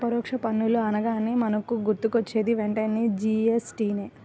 పరోక్ష పన్నులు అనగానే మనకు గుర్తొచ్చేది వెంటనే జీ.ఎస్.టి నే